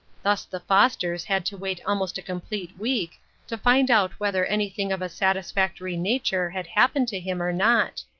thus the fosters had to wait almost a complete week to find out whether anything of a satisfactory nature had happened to him or not.